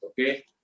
Okay